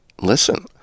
listen